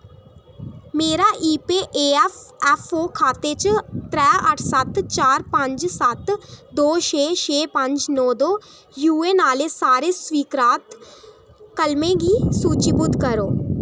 मेरे ईपीएऐफ्फऐफओ खाते च त्रैऽ अट्ठ सत्त चार पंज सत्त दो छे छे पंज नौ दो यूऐन्न आह्ले सारे स्वीकृत कलमें गी सूचीबद्ध करो